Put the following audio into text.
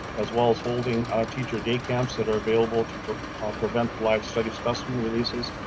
as well as holding our teacher day camps that are available to prevent live study specimen releases,